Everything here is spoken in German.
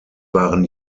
waren